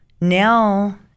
now